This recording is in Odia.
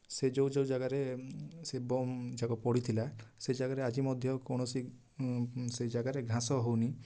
ସେ ଯେଉଁ ଯେଉଁ ଜାଗାରେ ସେ ବମ୍ ଯାକ ପଡ଼ିଥିଲା ସେ ଜାଗାରେ ଆଜି ମଧ୍ୟ କୌଣସି ସେଇ ଜାଗାରେ ଘାସ ହେଉନି